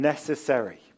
Necessary